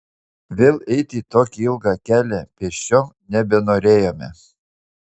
vėl eiti tokį ilgą kelią pėsčiom nebenorėjome